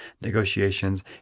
negotiations